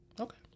okay